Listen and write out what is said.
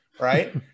right